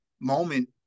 moment